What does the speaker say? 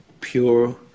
pure